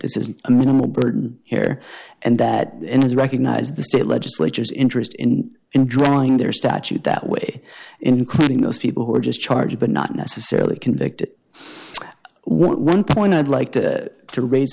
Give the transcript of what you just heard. this is a minimal burden here and that is recognize the state legislature's interest in in drawing their statute that way including those people who are just charged but not necessarily convicted one point i'd like to raise